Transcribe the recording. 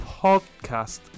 podcast